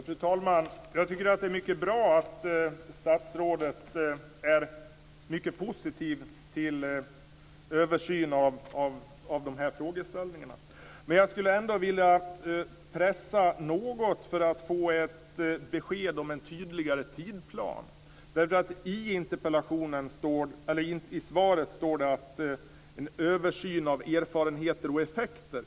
Fru talman! Jag tycker att det är mycket bra att statsrådet är så positiv till en översyn av de här frågeställningarna men skulle ändå vilja pressa på något för att få ett besked om en tydligare tidsplan. I svaret talas det om en "översyn av erfarenheter och effekter".